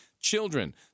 children